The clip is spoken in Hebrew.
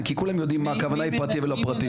כי כולם יודעים מה הכוונה לפרטי ולא פרטי.